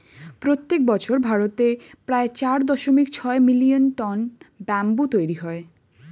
প্রত্যেক বছর ভারতে প্রায় চার দশমিক ছয় মিলিয়ন টন ব্যাম্বু তৈরী হয়